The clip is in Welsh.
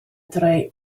dre